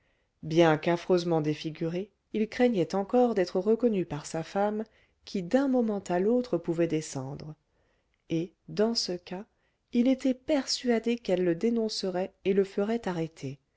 bien qu'affreusement défiguré il craignait encore d'être reconnu par sa femme qui d'un moment à l'autre pouvait descendre et dans ce cas il était persuadé qu'elle le dénoncerait et le ferait arrêter